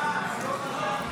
טרור.